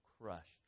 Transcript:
crushed